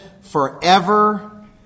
forever